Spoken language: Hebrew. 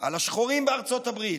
על השחורים בארצות הברית: